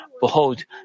Behold